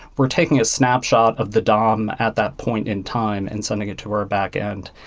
we're taking a snapshot of the dom at that point in time and sending it to our backend.